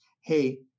hey